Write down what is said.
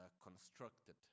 constructed